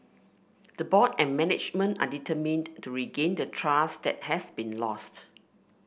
the board and management are determined to regain the trust that has been lost